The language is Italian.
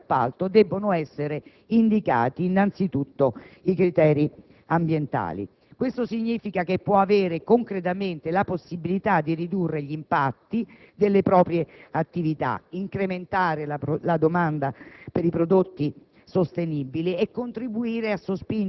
che anche nei capitolati delle gare di appalto debbono essere indicati innanzi tutto i criteri ambientali e che il Senato deve avere concretamente la possibilità di ridurre gli impatti delle proprie attività, incrementando la domanda per i prodotti sostenibili